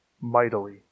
mightily